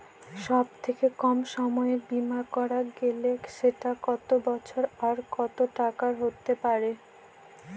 সব থেকে কম সময়ের বীমা করা গেলে সেটা কত বছর আর কত টাকার হতে পারে?